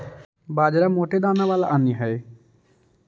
बाजरा मोटे दाने वाला अन्य हई